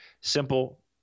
Simple